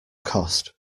cost